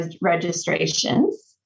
registrations